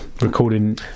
recording